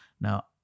Now